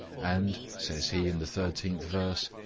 and, says he in the thirteenth verse,